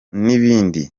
n’ibindi